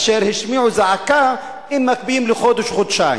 אשר השמיעו זעקה אם מקפיאים לחודש-חודשיים?